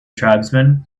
tribesman